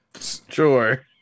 Sure